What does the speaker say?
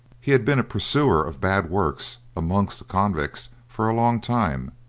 he had been a pursuer of bad works amongst the convicts for a long time,